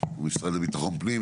המשרד לביטחון פנים.